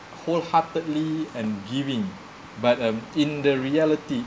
whole heartedly and giving but um in the reality